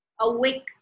awake